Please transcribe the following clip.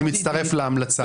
אני מצטרף להמלצה.